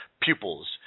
pupils